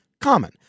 common